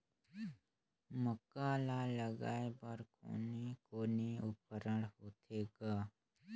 मक्का ला लगाय बर कोने कोने उपकरण होथे ग?